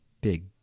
big